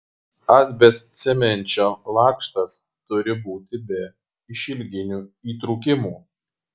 asbestcemenčio lakštas turi būti be išilginių įtrūkimų